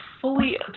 fully